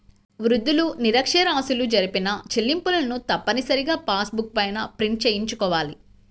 వృద్ధులు, నిరక్ష్యరాస్యులు జరిపిన చెల్లింపులను తప్పనిసరిగా పాస్ బుక్ పైన ప్రింట్ చేయించుకోవాలి